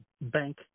bank